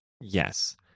Yes